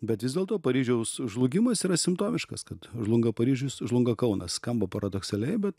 bet vis dėlto paryžiaus žlugimas yra simptomiškas kad žlunga paryžius žlunga kaunas skamba paradoksaliai bet